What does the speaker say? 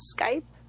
Skype